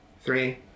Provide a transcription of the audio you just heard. Three